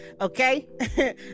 okay